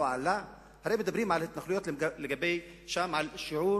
הרי מדברים על התנחלויות, ושם יש שיעור